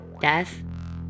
death